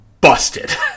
busted